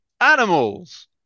animals